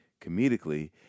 comedically